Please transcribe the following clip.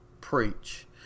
preach